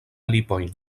lipojn